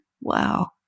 Wow